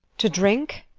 to drink?